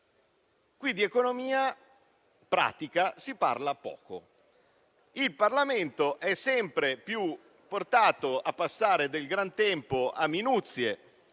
qui di economia pratica si parla poco. Il Parlamento è sempre più portato a passare del gran tempo in minuzie,